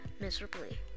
miserably